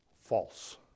false